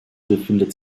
befindet